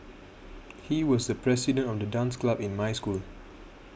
he was the president of the dance club in my school